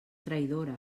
traïdora